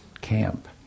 camp